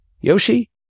Yoshi